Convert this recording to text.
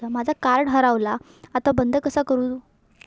माझा कार्ड हरवला आता बंद कसा करू?